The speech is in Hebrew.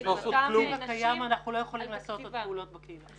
כיום אנחנו לא יכולים לעשות עוד פעולות בקהילה.